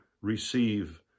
receive